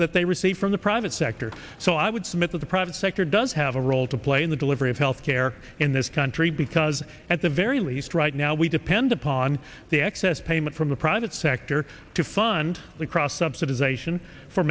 that they receive from the private sector so i would submit that the private sector does have a role to play in the delivery of health care in this country because at the very least right now we depend upon the excess payment from the private sector to fund the cross